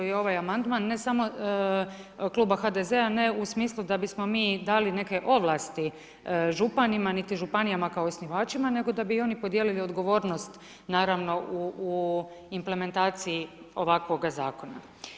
I ovaj amandman ne samo kluba HDZ-a, ne u smislu da bismo mi dali neke ovlasti županima niti županijama kao osnivačima nego da bi i oni podijelili odgovornost naravno u implementaciji ovakvoga zakona.